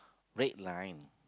red line